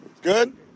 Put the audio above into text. Good